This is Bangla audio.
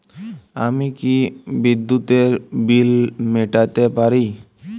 আমি কি বিদ্যুতের বিল মেটাতে পারি?